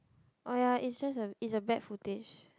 oh ya is just a is a bad footage